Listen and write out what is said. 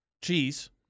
cheese